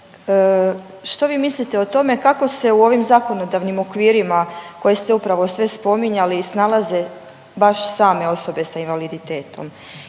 što vi mislite o tome kako se u ovim zakonodavnim okvirima koje ste upravo sve spominjali snalaze baš same osobe s invaliditetom?